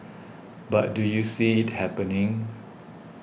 but do you see it happening